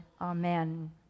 Amen